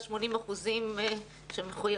אם לגמרי מנתקים את העשייה של המורשת